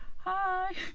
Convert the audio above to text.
hi,